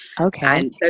Okay